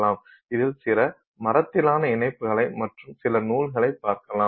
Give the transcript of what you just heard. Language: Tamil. இதில் சில மரத்தினாலான இணைப்புக்களை மற்றும் சில நூல்களைப் பார்க்கலாம்